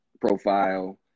profile